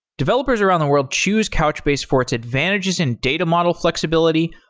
developers around the world choose couchbase for its advantages in data model flexibility,